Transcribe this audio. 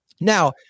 Now